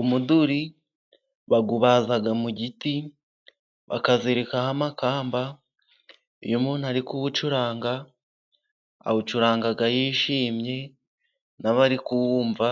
Umuduri bawubaza mu giti bakazirikaho amakamba, iyo umuntu ari kuwucuranga, awucuranga yishimye n'abari kuwumva